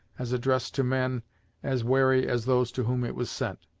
as addressed to men as wary as those to whom it was sent.